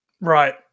right